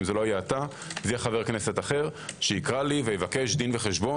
אם זה לא תהיה אתה זה יהיה חבר כנסת אחר שיקרא לי ויבקש דין וחשבון,